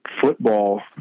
football